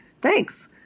Thanks